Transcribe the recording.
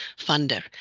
funder